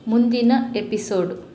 ಮುಂದಿನ ಎಪಿಸೋಡು